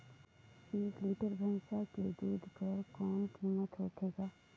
एक लीटर भैंसा के दूध कर कौन कीमत होथे ग?